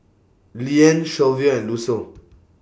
Leanne Shelvia and Lucille